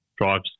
drives